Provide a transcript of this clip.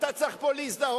אתה צריך להזדהות,